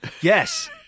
Yes